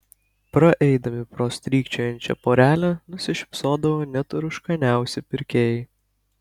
praeidami pro strykčiojančią porelę nusišypsodavo net rūškaniausi pirkėjai